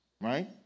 Right